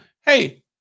Hey